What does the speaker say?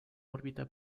órbita